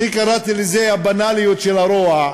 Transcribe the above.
אני קראתי לזה "הבנאליות של הרוע",